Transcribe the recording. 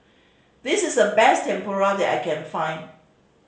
this is the best Tempura that I can find